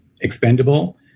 expendable